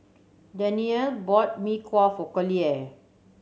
Danyell bought Mee Kuah for Collier